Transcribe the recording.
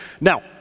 now